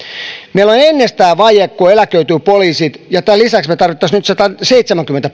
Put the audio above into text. meillä on ennestään vaje kun poliisit eläköityvät ja tämän lisäksi me tarvitsisimme nyt sataseitsemänkymmentä